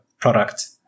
product